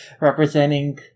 representing